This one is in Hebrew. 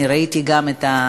אני ראיתי גם את הטיפול,